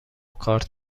کارت